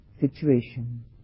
situation